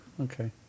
okay